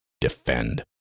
defend